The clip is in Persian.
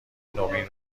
نوین